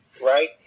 right